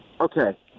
Okay